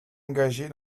engagée